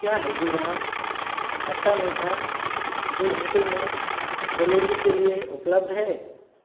क्या हल्दीराम खट्टा मीठा दो घंटे में डेलीवरी के लिए उपलब्ध है